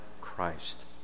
Christ